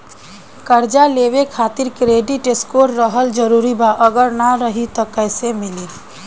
कर्जा लेवे खातिर क्रेडिट स्कोर रहल जरूरी बा अगर ना रही त कैसे मिली?